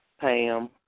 Pam